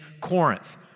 Corinth